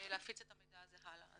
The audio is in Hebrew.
להפיץ את המידע הזה הלאה.